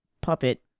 puppet